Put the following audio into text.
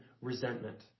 resentment